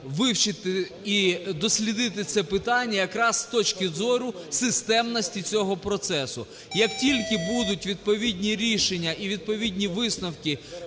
вивчити і дослідити це питання якраз з точки зору системності цього процесу. Як тільки будуть відповідні рішення і відповідні висновки